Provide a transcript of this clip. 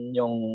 yung